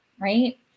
right